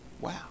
Wow